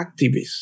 activists